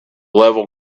level